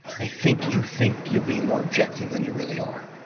i think you think you're being more objective than you really are,